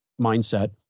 mindset